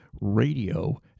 radio